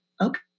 Okay